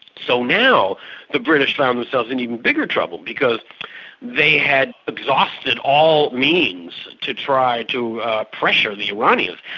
so now the british found themselves in even bigger trouble because they had exhausted all means to try to pressure the iranians.